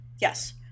Yes